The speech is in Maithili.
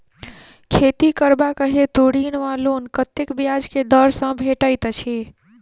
खेती करबाक हेतु ऋण वा लोन कतेक ब्याज केँ दर सँ भेटैत अछि?